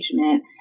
engagement